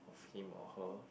for him or her